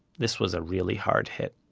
this was a really hard hit